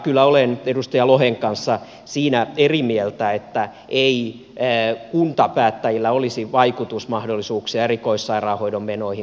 kyllä olen edustaja lohen kanssa siinä eri mieltä että ei kuntapäättäjillä olisi vaikutusmahdollisuuksia erikoissairaanhoidon menoihin